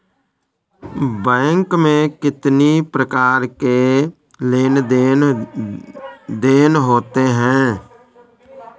Bank में कितनी प्रकार के लेन देन देन होते हैं?